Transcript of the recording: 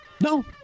No